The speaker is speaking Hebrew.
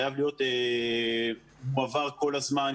חייב להיות מועבר כל הזמן.